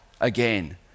again